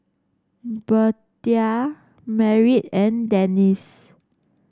Birtha Merritt and Denise